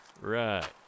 Right